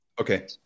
okay